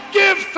give